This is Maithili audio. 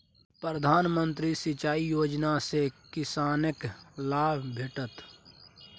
प्रधानमंत्री सिंचाई योजना सँ किसानकेँ लाभ भेटत